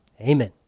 Amen